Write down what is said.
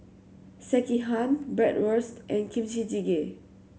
Sekihan Bratwurst and Kimchi Jjigae